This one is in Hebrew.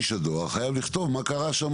איש הדואר לכתוב מה קרה שם,